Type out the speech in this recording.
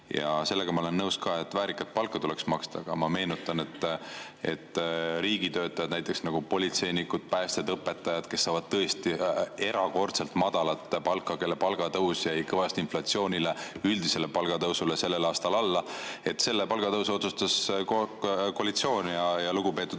Ja sellega ma olen ka nõus, et väärikat palka tuleks maksta. Aga [mis puutub] riigitöötajatesse, nagu politseinikud, päästjad, õpetajad, kes saavad tõesti erakordselt madalat palka ja kelle palga tõus jäi kõvasti inflatsioonile ja üldisele palgatõusule sellel aastal alla, siis selle palgatõusu otsustas koalitsioon ja lugupeetud